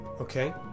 okay